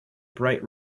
bright